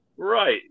Right